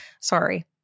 sorry